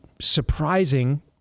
surprising